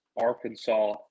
Arkansas